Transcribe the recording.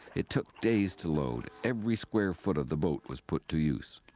it took days to load. every square foot of the boat was put to use.